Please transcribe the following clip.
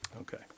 Okay